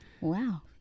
Wow